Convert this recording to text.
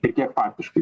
ir kiek faktiškai